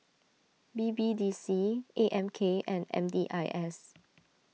B B D C A M K and M D I S